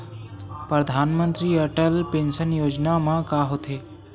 परधानमंतरी अटल पेंशन योजना मा का होथे?